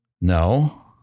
no